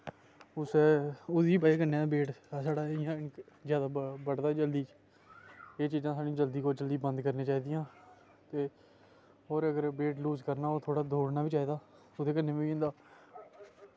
अस ओह्दी बज़ा कन्नै गै वेट साढ़ा इयां जादा बधदा जल्दी एह् चीजां साह्नू जल्दी कोला जल्दी बंद करनी चाही दियां ते और अगर वेट लूज़ करना होऐ त् थोह्ड़ा दौड़ना बी चाही दा ओह्दे कन्नै बी होई जंदा